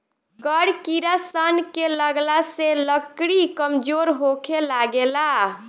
कड़ किड़ा सन के लगला से लकड़ी कमजोर होखे लागेला